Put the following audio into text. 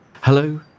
Hello